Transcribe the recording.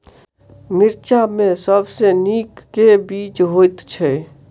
मिर्चा मे सबसँ नीक केँ बीज होइत छै?